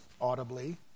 audibly